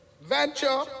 venture